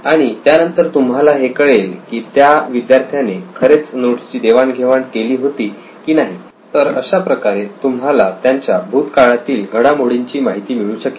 आणि त्यानंतर तुम्हाला हे कळेल की त्या विद्यार्थ्याने खरेच नोट्सची देवाण घेवाण केली होती की नाही तर अशाप्रकारे तुम्हाला त्यांच्या भूत काळातील घडामोडींची माहिती मिळू शकेल